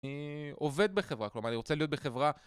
אני עובד בחברה. כלומר, אני רוצה להיות בחברה...